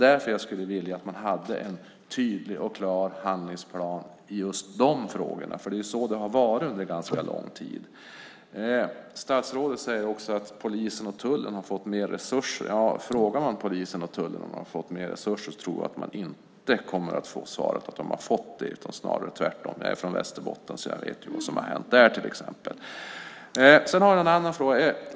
Därför skulle jag vilja se en tydlig och klar handlingsplan i just de frågorna med tanke på hur det under en ganska lång tid varit. Statsrådet säger också att polisen och tullen har fått mer resurser. Men frågar man polisen och tullen om de har fått mer resurser får man nog inte svaret att de har fått det, snarare tvärtom. Jag kommer från Västerbotten och vet vad som hänt till exempel där.